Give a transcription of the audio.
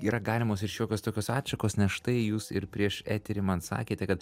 yra galimos ir šiokios tokios atšakos nes štai jūs ir prieš eterį man sakėte kad